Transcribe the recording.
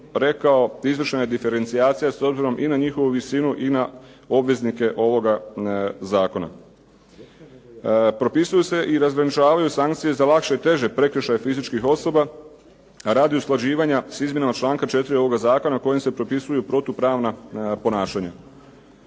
rekao izvršena je diferencijacija s obzirom i na njihovu visinu i na obveznike ovoga zakona. Propisuju se i razgraničavaju sankcije za lakše i teže prekršaje fizičkih osoba, radi usklađivanja s izmjenama članka 4. ovoga zakona kojim se propisuju protupravna ponašanja.